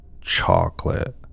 chocolate